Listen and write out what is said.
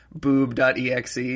boob.exe